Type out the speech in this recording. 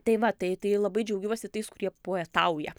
tai va tai tai labai džiaugiuosi tais kurie poetauja